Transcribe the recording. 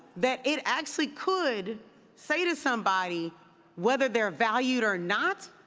that it actually could say to somebody whether they're valued or not,